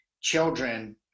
children